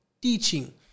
teaching